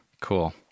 Cool